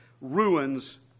ruins